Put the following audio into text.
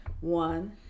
One